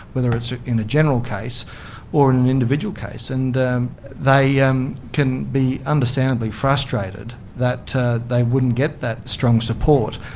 whether it's in a general case or in an individual case. and they yeah um can be understandably frustrated that they wouldn't get that strong support.